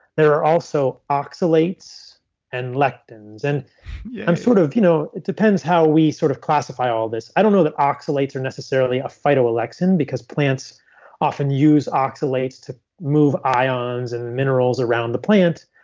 there are also oxalates and lectins. and yeah um sort of you know it depends how we sort of classify all this i don't know that oxalates are necessarily a phytoalexin because plants often use oxalates to move ions and minerals around the plant.